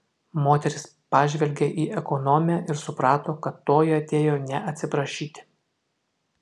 moteris pažvelgė į ekonomę ir suprato kad toji atėjo ne atsiprašyti